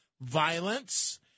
violence